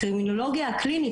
הקרימינולוגיה הקלינית,